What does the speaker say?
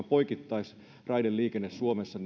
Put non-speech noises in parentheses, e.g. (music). (unintelligible) poikittaisraideliikenne suomessa (unintelligible)